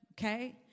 okay